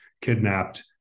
kidnapped